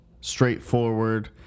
straightforward